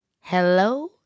Hello